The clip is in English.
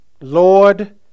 Lord